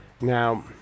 now